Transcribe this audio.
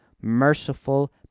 merciful